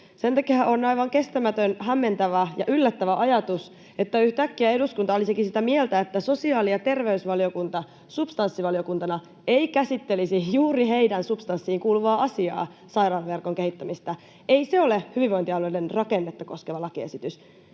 Sen takia on aivan kestämätön, hämmentävä ja yllättävä ajatus, että yhtäkkiä eduskunta olisikin sitä mieltä, että sosiaali- ja terveysvaliokunta substanssivaliokuntana ei käsittelisi juuri heidän substanssiinsa kuuluvaa asiaa: sairaalaverkon kehittämistä. Ei se ole hyvinvointialueiden rakennetta koskeva lakiesitys.